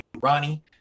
Ronnie